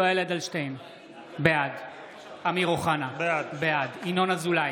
בעד אמיר אוחנה, בעד ינון אזולאי,